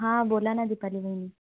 हां बोला ना दिपाली वहिनी